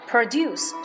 Produce